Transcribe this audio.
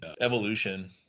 evolution